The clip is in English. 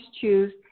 choose